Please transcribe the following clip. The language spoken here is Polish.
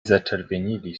zaczerwienili